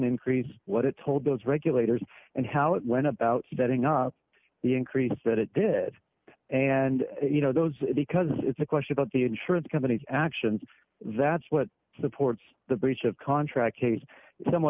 increase what it told those regulators and how it went about setting up the increase that it did and you know those because it's a question about the insurance company's actions that's what supports the breach of contract case somewhat